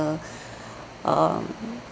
um